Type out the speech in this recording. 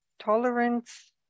tolerance